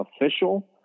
official